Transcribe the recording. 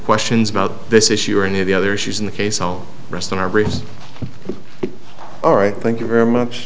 questions about this issue or any of the other issues in the case all rests in our brains all right thank you very much